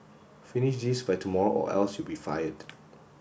finish this by tomorrow or else you'll be fired